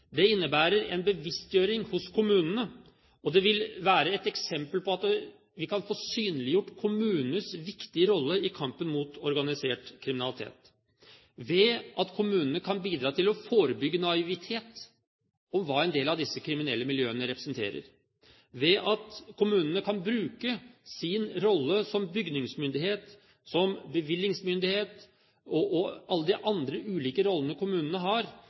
bevisstgjøring hos kommunene, og det vil være et eksempel på at vi kan få synliggjort kommunenes viktige rolle i kampen mot organisert kriminalitet ved at kommunene bidrar til å forebygge naivitet og hva en del av disse kriminelle miljøene representerer, ved at kommunene bruker sin rolle som bygningsmyndighet, som bevillingsmyndighet og alle de andre ulike rollene kommunene har,